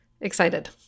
excited